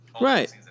Right